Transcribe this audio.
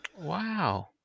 Wow